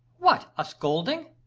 what! a scolding?